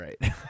right